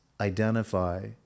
identify